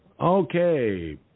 Okay